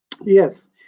Yes